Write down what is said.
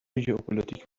ژئوپلیتک